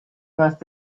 must